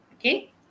Okay